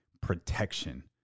protection